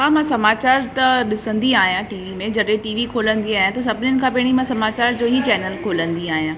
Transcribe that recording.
हा मां समाचारु त ॾिसंदी आहियां टी वी में जॾहिं टी वी खोलंदी आहियां त सभिनिनि खां पहिरीं मां समाचार जो ही चैनल खोलंदी आहियां